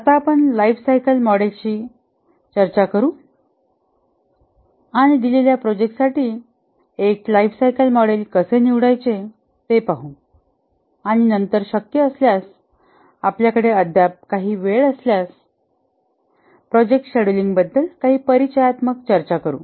आता आपण लाइफसायकल मॉडेल्सची आपण चर्चा करू आणि दिलेल्या प्रोजेक्ट साठी एक लाइफसायकल मॉडेल कसे निवडायचे ते पाहू आणि नंतर शक्य असल्यास आपल्याकडे अद्याप काही वेळ असल्यास प्रोजेक्ट शेड्यूलिंगबद्दल काही परिचयात्मक चर्चा करू